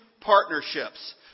partnerships